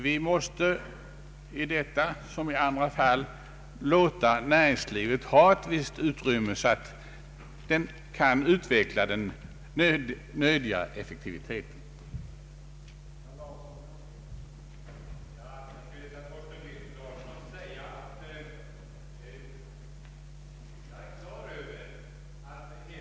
Vi måste i detta liksom i andra fall låta näringslivet ha ett någorlunda fritt utrymme, så att den nödiga effektiviteten inte menligt påverkas. Jag är motståndare till tanken på nyetableringskontroll.